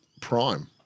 prime